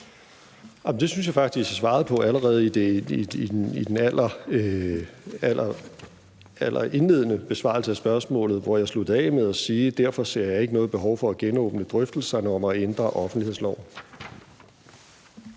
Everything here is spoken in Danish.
Det synes jeg faktisk jeg svarede på allerede i den indledende besvarelse af spørgsmålet, hvor jeg sluttede af med at sige: Derfor ser jeg ikke noget behov for at genåbne drøftelserne om at ændre offentlighedsloven.